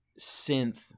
synth